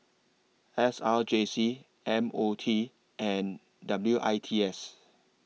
S R J C M O T and W I T S